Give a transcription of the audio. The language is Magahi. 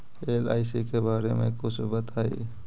एल.आई.सी के बारे मे कुछ बताई?